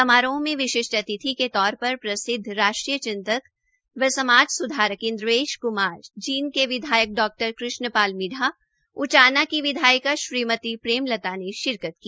समारोह में विशिष्ठ अतिथि के तौर पर प्रसिद्व राष्ट्रीय चिंतक एवं समाज सुधारक इनदेश कुमार जींद के विधायक डा कुष्ण लाल मिड़डा उचाना की विधायिका श्रीमती प्रेमलता ने शिरकत की